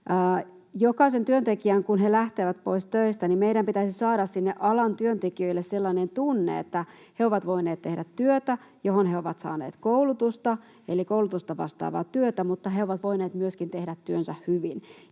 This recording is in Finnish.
Jokaiselle työntekijälle, kun he lähtevät pois töistä, meidän pitäisi saada — sinne alan työntekijöille — sellainen tunne, että he ovat voineet tehdä työtä, johon he ovat saaneet koulutusta, eli koulutusta vastaavaa työtä, mutta he ovat voineet myöskin tehdä työnsä hyvin.